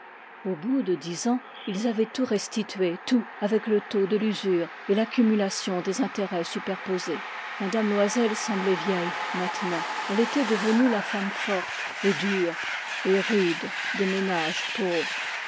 au bout de dix ans ils avaient tout restitué tout avec le taux de l'usure et l'accumulation des intérêts superposés m loisel semblait vieille maintenant elle était devenue la femme forte et dure et rude des ménages pauvres